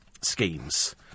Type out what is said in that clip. schemes